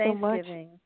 Thanksgiving